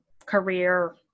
Career